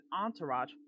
entourage